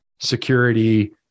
security